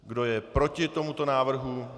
Kdo je proti tomuto návrhu?